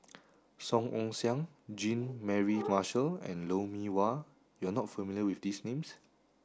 Song Ong Siang Jean Mary Marshall and Lou Mee Wah you are not familiar with these names